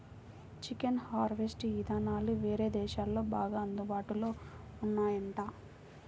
chicken harvest ఇదానాలు వేరే దేశాల్లో బాగా అందుబాటులో ఉన్నాయంట